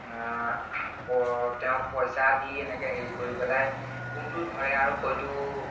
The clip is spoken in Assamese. আকৌ তেওঁক পইচা দি এনেকৈ হেৰি কৰি পেলাই কোনটো ধৰে আৰু সেইটো